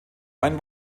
ein